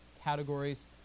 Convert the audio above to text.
categories